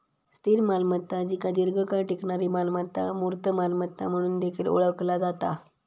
स्थिर मालमत्ता जिका दीर्घकाळ टिकणारी मालमत्ता, मूर्त मालमत्ता म्हणून देखील ओळखला जाता